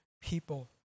people